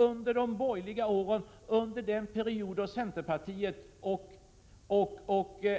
Under de borgerliga åren, under den period då centerpartiet